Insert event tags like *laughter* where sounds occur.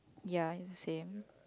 ya it's the same *noise*